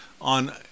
on